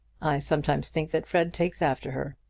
i sometimes think that fred takes after her.